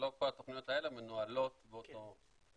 לא כל התוכניות האלה מנוהלות באותו מקום.